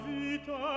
vita